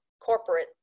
corporate